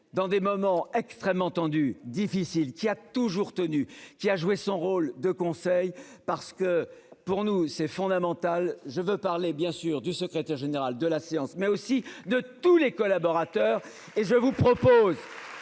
dans des moments extrêmement tendue. Difficile qui a toujours tenu qui a joué son rôle de conseil parce que pour nous, c'est fondamental. Je veux parler bien sûr du secrétaire général de la séance mais aussi de. Tous les collaborateurs et je vous propose.